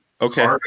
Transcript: okay